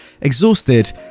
Exhausted